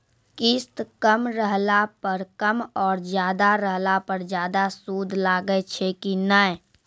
किस्त कम रहला पर कम और ज्यादा रहला पर ज्यादा सूद लागै छै कि नैय?